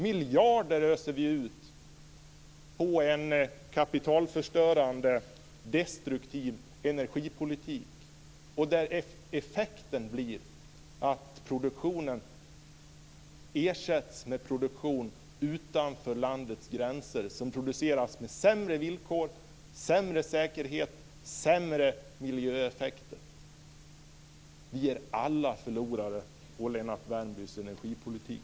Vi öser ut miljarder på en kapitalförstörande destruktiv energipolitik, där effekten blir att produktionen ersätts med produktion utanför landets gränser som produceras under sämre villkor, med sämre säkerhet och sämre miljöeffekter. Vi är alla förlorare på Lennart Värmbys energipolitik.